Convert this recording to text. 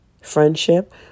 friendship